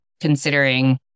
considering